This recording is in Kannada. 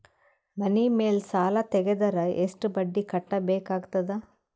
ಮನಿ ಮೇಲ್ ಸಾಲ ತೆಗೆದರ ಎಷ್ಟ ಬಡ್ಡಿ ಕಟ್ಟಬೇಕಾಗತದ?